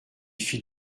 fit